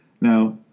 Now